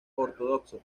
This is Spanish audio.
ortodoxo